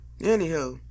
Anyhow